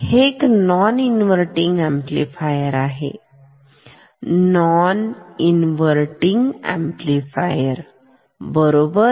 हे एक non inverting amplifier आहे नॉन इन्वर्तींग अंपलिफायर बरोबर